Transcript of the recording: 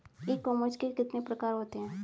ई commerce के कितने प्रकार होते हैं?